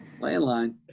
landline